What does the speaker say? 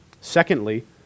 Secondly